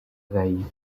veille